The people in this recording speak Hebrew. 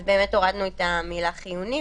אז באמת הורדנו את המילה "חיוני"